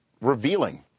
revealing